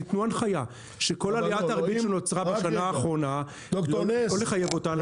תנו הנחיה שכל עליית הריבית שנוצרה בשנה האחרונה לא לחייב אותם.